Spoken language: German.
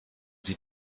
sie